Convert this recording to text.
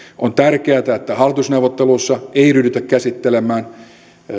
on tärkeätä että hallitusneuvotteluissa ei ryhdytä käsittelemään